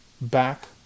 back